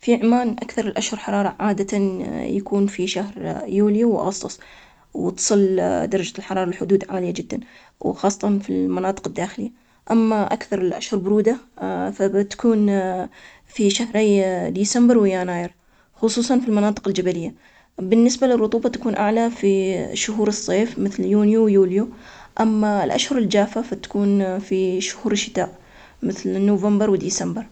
في عمان أكثر الأشهر حرارة عادة يكون في شهر يوليو وأغسطس، وتصل درجة الحرارة الحدود عالية جدا، وخاصة في المناطق الداخلية، أما أكثر الأشهر برودة فبتكون في شهري ديسمبر ويناير، خصوصا في المناطق الجبلية. بالنسبة للرطوبة تكون أعلى في شهور الصيف مثل يونيو ويوليو. أما الأشهر الجافة فتكون في شهور الشتاء مثل نوفمبر وديسمبر.